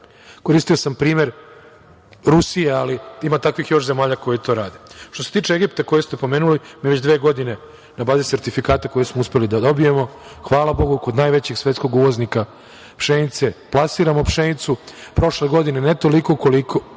Koristio sam primer Rusije, ali ima takvih zemalja još koje to rade. Što se tiče Egipta koji ste pomenuli, mi već dve godine na bazi sertifikata koje smo uspeli da dobijemo, hvala Bogu, kod najvećeg svetskog uvoznika pšenice, plasiramo pšenicu. Pretprošle godine ne toliko koliko